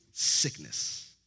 Sickness